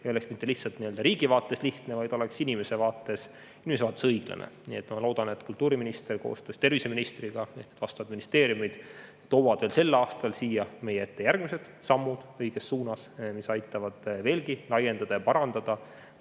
ei oleks mitte lihtsalt riigi vaates lihtne, vaid inimese vaates õiglane. Ma loodan, et kultuuriminister koostöös terviseministriga ja vastavad ministeeriumid toovad veel sel aastal siia meie ette järgmised sammud õiges suunas, mis aitavad kultuurivaldkonnas